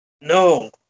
No